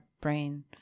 brain